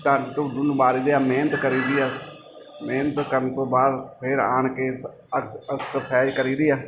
ਡੰਡ ਡੁੰਡ ਨੂੰ ਮਾਰੀ ਦੇ ਆ ਮਿਹਨਤ ਕਰੀ ਦੀ ਆ ਮਿਹਨਤ ਕਰਨ ਤੋਂ ਬਾਅਦ ਫਿਰ ਆਉਣ ਕੇ ਸ ਐਕ ਐਕਸਰਸਾਈਜ਼ ਕਰੀ ਦੀ ਆ